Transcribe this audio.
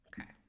Okay